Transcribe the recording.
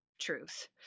truth